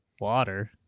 water